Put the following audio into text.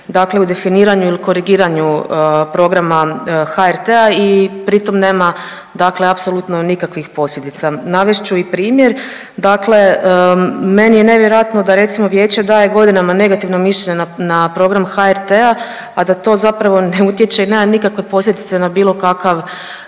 dakle u definiranju ili korigiranju programa HRT-a i pritom nema, dakle apsolutno nikakvih posljedica. Navest ću i primjer, dakle meni je nevjerojatno da recimo vijeće daje godinama negativno mišljenje na program HRT-a, a da to zapravo ne utječe i nema nikakve posljedice na bilo kakav,